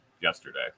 yesterday